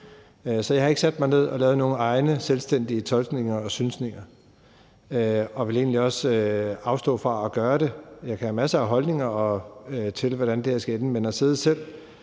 Så jeg har ikke sat mig ned og lavet mine egne selvstændige tolkninger og synsninger, og jeg vil egentlig også afstå fra at gøre det. Jeg kan have masser af holdninger til, hvordan det her skal ende, men i stedet